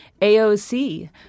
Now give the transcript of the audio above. AOC